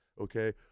okay